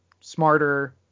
smarter